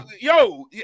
yo